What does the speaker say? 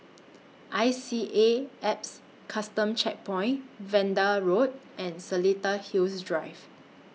I C A Alps Custom Checkpoint Vanda Road and Seletar Hills Drive